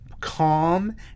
calm